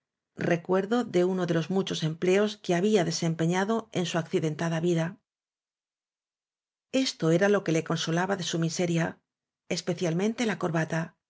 recuerdo de uno de los muchos empleos que había desem peñado en su accidentada vida esto era lo que le consolaba de sif miseriap especialmente la corbata